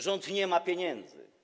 Rząd nie ma pieniędzy.